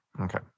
Okay